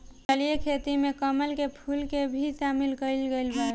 जलीय खेती में कमल के फूल के भी शामिल कईल गइल बावे